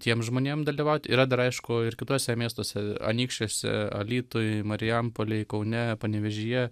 tiems žmonėm dalyvaut yra dar aišku ir kituose miestuose anykščiuose alytuj marijampolėj kaune panevėžyje